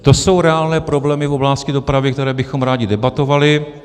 To jsou reálné problémy v oblasti dopravy, které bychom rádi debatovali.